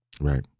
right